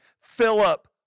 Philip